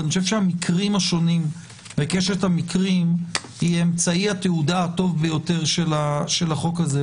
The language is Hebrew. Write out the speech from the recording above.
אני חושב שקשת המקרים השונים היא אמצעי התהודה הטוב ביותר של החוק הזה.